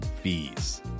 fees